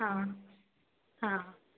आं आं